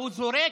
והוא זורק,